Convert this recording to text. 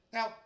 Now –